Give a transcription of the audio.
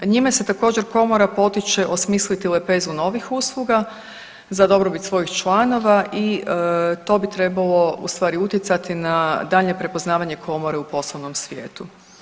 Njime se također komora potiče osmisliti lepezu novih usluga za dobrobit svojih članova i to bi trebalo ustvari utjecati na daljnje prepoznavanje komore u poslovnom svijetu.